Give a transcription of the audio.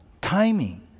timing